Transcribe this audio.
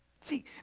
See